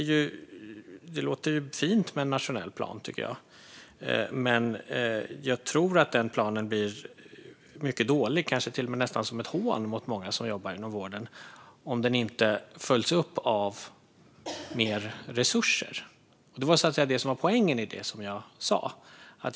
Det låter fint med en nationell plan, tycker jag, men jag tror att den planen blir mycket dålig och kanske till och med nästan som ett hån mot många som jobbar inom vården om den inte följs upp med mer resurser. Det var så att säga det som var poängen i det som jag sa.